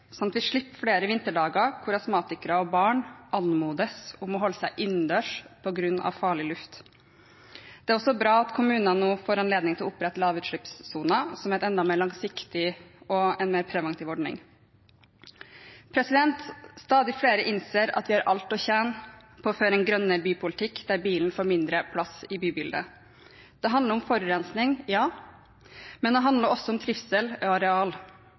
at vi slipper flere vinterdager hvor astmatikere og barn anmodes om å holde seg innendørs på grunn av farlig luft. Det er også bra at kommunene nå får anledning til å opprette lavutslippssoner, som er en enda mer langsiktig og preventiv ordning. Stadig flere innser at vi har alt å tjene på å føre en grønnere bypolitikk der bilen får mindre plass i bybildet. Det handler om forurensning, ja, men det handler også om trivsel og areal,